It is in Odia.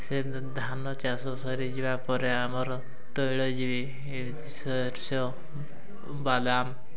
ସେ ଧାନ ଚାଷ ସରିଯିବା ପରେ ଆମର ତୈଳ ସୋରିଷ ବାଦାମ